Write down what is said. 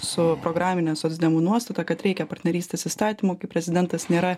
su programine socdemų nuostata kad reikia partnerystės įstatymo kai prezidentas nėra